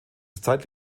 zeit